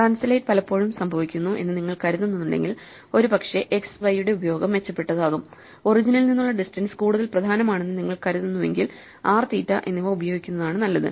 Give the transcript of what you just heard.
translate പലപ്പോഴും സംഭവിക്കുന്നു എന്ന് നിങ്ങൾ കരുതുന്നുണ്ടെങ്കിൽ ഒരുപക്ഷേ x y യുടെ ഉപയോഗം മെച്ചപ്പെട്ടതാകും ഒറിജിനിൽ നിന്നുള്ള ഡിസ്റ്റൻസ് കൂടുതൽ പ്രധാനമാണെന്ന് നിങ്ങൾ കരുതുന്നുവെങ്കിൽ r തീറ്റ എന്നിവ ഉപയോഗിക്കുന്നതാണ് നല്ലത്